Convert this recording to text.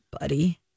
buddy